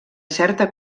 certa